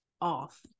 off